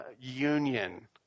union